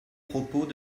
propos